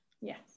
Yes